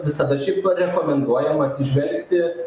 visada šiaip rekomenduojam atsižvelgti